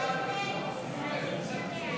כהצעת הוועדה,